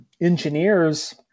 engineers